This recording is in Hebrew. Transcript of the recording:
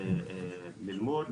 ללמוד,